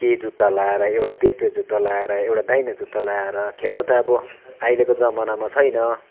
के जुत्ता लगाएर एउटा देब्रे जुत्ता लगाएर एउटा दाहिने जुत्ता लगाएर खेल्नु ता अब अहिलेको जमानामा छैन